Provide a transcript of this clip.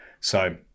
So-